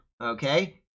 Okay